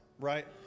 right